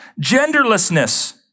Genderlessness